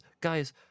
guys